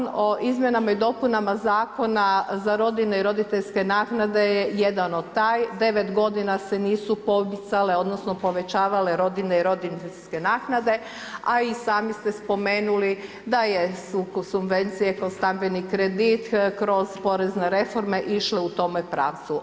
Zakon o izmjenama i dopunama Zakona za rodiljne i roditeljske naknade je jedan o taj, devet godina se nisu pomicale odnosno povećavale rodiljne i roditeljske naknade, a i sami ste spomenuli da je sukus subvencije kroz stambeni kredit, kroz porezne reforme, išlo u tome pravcu.